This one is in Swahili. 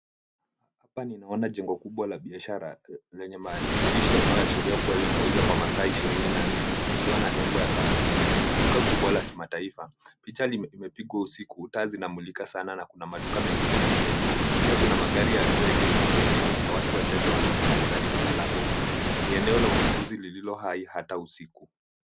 Hapa ninaona jengo kubwa la biashara lenye maandishi yanayoashiria kuwa linauza kwa masaa ishirini na nne likiwa na nembo ya Carrefour . Duka kubwa la kimataifa. Picha imepigwa usiku taa zinamulika sana na kuna maduka mengine pembeni. Pia kuna magari yaliyoegeshwa mbele na watu wachache wanaonekana karibu na lango kuu. Ni eneo la ununuzi lililo hai hata usiku.